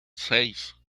seis